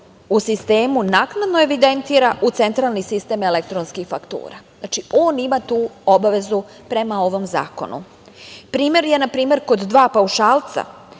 u sistemu naknadno evidentira u centralni sistem elektronskih faktura. Znači, on ima tu obavezu prema ovom zakonu. Primer je na primer kod dva paušalca,